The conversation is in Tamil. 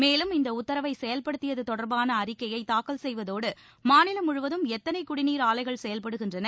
மேலும் இந்த உத்தரவை செயல்படுத்தியது தொடர்பான அறிக்கையை தாக்கல் செயலதோடு மாநிலம் முழுவதும் எத்தனை குடிநீர் ஆலைகள் செயல்படுகின்றன